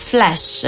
Flash